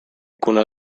kuna